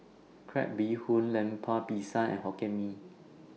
Crab Bee Hoon Lemper Pisang and Hokkien Mee